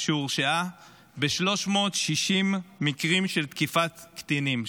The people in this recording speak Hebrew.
שהורשעה ב-360 מקרים של תקיפת קטינים,